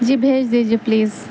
جی بھیج دیجیے پلیز